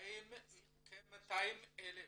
חיים כ-200,000